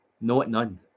know-it-none